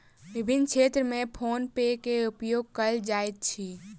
विभिन्न क्षेत्र में फ़ोन पे के उपयोग कयल जाइत अछि